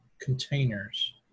containers